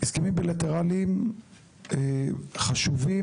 הסכמים בילטרליים חשובים,